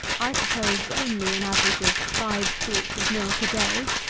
i suppose only an average of five quarts of milk a day.